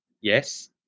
Yes